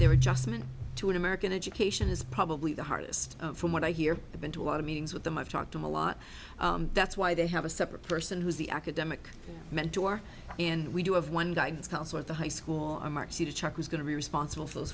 their adjustment to an american education is probably the hardest from what i hear the been to a lot of meetings with them i've talked to a lot that's why they have a separate person who's the academic mentor and we do have one guidance counselor at the high school chuck who's going to be responsible for those